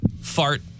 fart